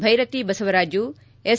Byrathi Basavaraju S